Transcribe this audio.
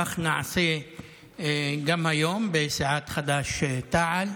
כך נעשה גם היום בסיעת חד"ש-תע"ל.